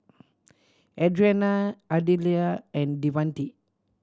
Adriana Ardella and Devante